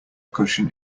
cushion